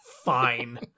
fine